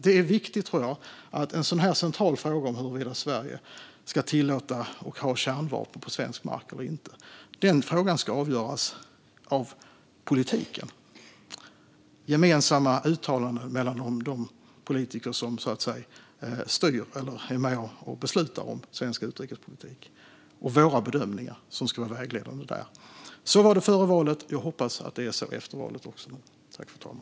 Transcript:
Jag tror att det är viktigt att en så central fråga som huruvida Sverige ska tillåta kärnvapen på svensk mark avgörs av politiken med gemensamma uttalanden från de politiker som styr, eller är med och beslutar om, den svenska utrikespolitiken. Det är deras bedömningar som ska vara vägledande där. Så var det före valet, och jag hoppas att det är så även efter valet.